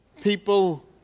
people